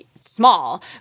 small